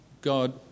God